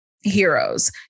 heroes